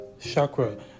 Chakra